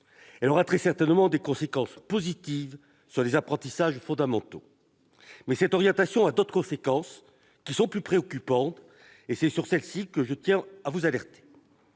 Elle aura très certainement des conséquences positives sur les apprentissages fondamentaux. Mais cette orientation a d'autres conséquences plus préoccupantes, sur lesquelles je tiens à vous alerter.